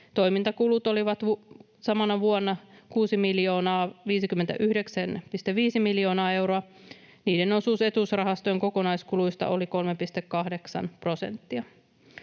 Toimintakulut olivat samana vuonna 59,5 miljoonaa euroa. Niiden osuus etuusrahastojen kokonaiskuluista oli 3,8 prosenttia.